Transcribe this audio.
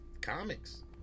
comics